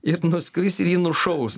ir nuskris ir jį nušaus